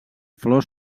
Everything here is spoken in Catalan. flors